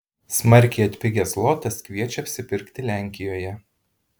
smarkiai atpigęs zlotas kviečia apsipirkti lenkijoje